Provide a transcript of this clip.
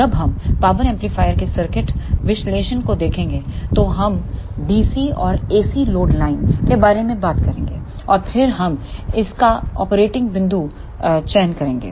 जब हम power amplifier के सर्किट विश्लेषण को देखेंगे तो हम डीसी और एसी लोड लाइन के बारे में बात करेंगे और फिर हम इसका ऑपरेटिंग बिंदु चयन करेंगे